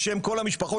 בשם כל המשפחות,